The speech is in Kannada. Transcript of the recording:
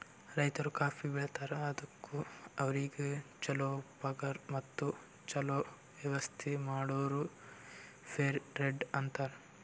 ರೈತರು ಕಾಫಿ ಬೆಳಿತಾರ್ ಅದುಕ್ ಅವ್ರಿಗ ಛಲೋ ಪಗಾರ್ ಮತ್ತ ಛಲೋ ವ್ಯವಸ್ಥ ಮಾಡುರ್ ಫೇರ್ ಟ್ರೇಡ್ ಅಂತಾರ್